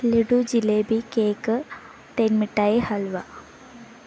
laddu jalebi cake തേൻമിട്ടായി ഹൽവ